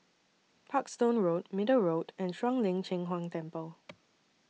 Parkstone Road Middle Road and Shuang Lin Cheng Huang Temple